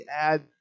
add